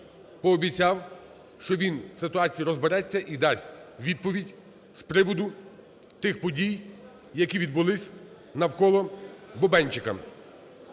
пообіцяв, що він в ситуації розбереться і дасть відповідь з приводу тих подій, які відбулись навколо Бубенчика.